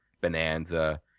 Bonanza